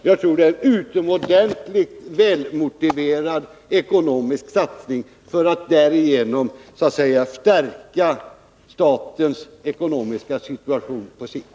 Det är utomordentligt välmotiverade ekonomiska satsningar för att stärka statens ekonomiska situation på sikt.